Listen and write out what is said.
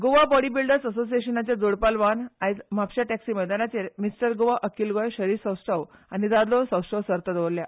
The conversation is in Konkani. गोवा बॅडमिंटन असोसिएशनाच्या जोड पालवान आयज म्हापश्यां टॅक्सी मैदानार मिस्टर गोवा अखील गोंय शरीर सौश्ठव आनी दादलो सौश्ठव सर्त दवरल्या